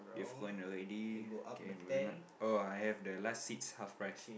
you have one already okay oh I have the last seats half price